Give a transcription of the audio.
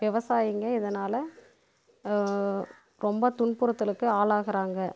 விவசாயிங்கள் இதனால் ரொம்ப துன்புறுத்தலுக்கு ஆளாகிறாங்க